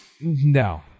No